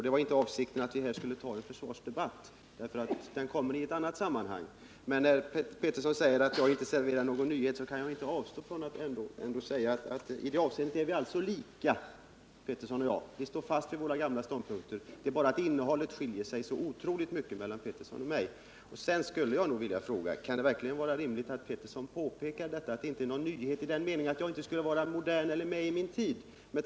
Det var inte min avsikt att vi i dag skulle ha en försvarsdebatt, för den kommer i ett annat sammanhang, men när herr Petersson säger att jag inte serverar någon nyhet, kan jag inte avstå från att säga att i det avseendet är vi alltså lika, herr Petersson och jag. Vi står fast vid våra gamla ståndpunkter. Det är bara det att innehållet skiljer sig så otroligt mycket mellan herr Peterssons ståndpunkt och min. Sedan skulle jag nog vilja fråga, när herr Petersson påpekar att jag inte kommer med några nyheter: Menar herr Petersson därmed att jag inte skulle vara modern eller med min tid?